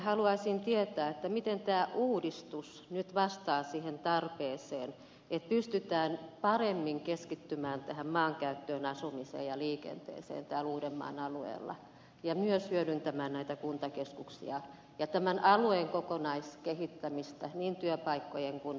haluaisin tietää miten tämä uudistus nyt vastaa siihen tarpeeseen että pystytään paremmin keskittymään maankäyttöön asumiseen ja liikenteeseen täällä uudenmaan alueella ja myös hyödyntämään näitä kuntakeskuksia ja tämän alueen kokonaiskehittämistä niin työpaikkojen kuin työllisyyden osalta